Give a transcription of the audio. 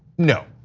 no,